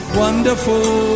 wonderful